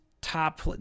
Top